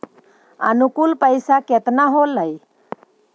अनुकुल पैसा केतना होलय